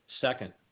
Second